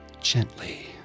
Gently